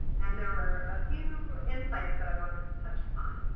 and there were a few insights but i want to touch upon,